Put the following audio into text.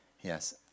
Yes